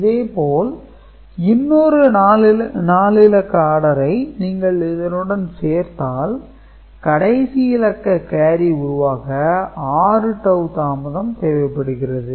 இதே போல் இன்னொரு 4 இலக்க ஆடரை நீங்கள் இதனுடன் சேர்த்தால் கடைசி இலக்க கேரி உருவாக 6 டவூ தாமதம் தேவைப்படுகிறது